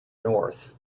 north